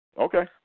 Okay